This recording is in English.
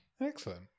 excellent